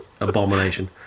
abomination